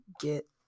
get